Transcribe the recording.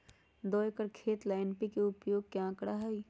दो एकर खेत ला एन.पी.के उपयोग के का आंकड़ा होई?